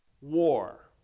war